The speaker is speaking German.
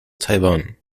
taiwan